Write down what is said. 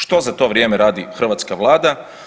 Što za to vrijeme radi hrvatska Vlada?